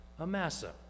Amasa